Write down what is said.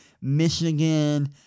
Michigan